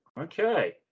okay